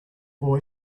boy